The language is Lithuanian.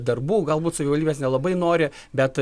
darbų galbūt savivaldybės nelabai nori bet